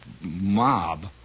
mob